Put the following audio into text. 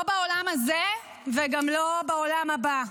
לא בעולם הזה, וגם לא בעולם הבא.